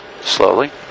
Slowly